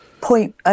point